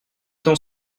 temps